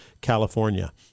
California